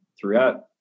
throughout